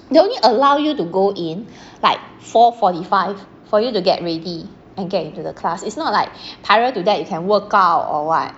they only allow you to go in like four forty five for you to get ready and get into the class it's not like prior to that you can work out or what